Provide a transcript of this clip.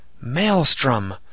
Maelstrom